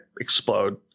explode